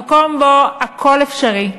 המקום שבו הכול אפשרי,